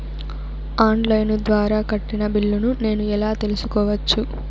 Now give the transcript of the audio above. On line ద్వారా కట్టిన బిల్లును నేను ఎలా తెలుసుకోవచ్చు?